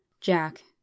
Jack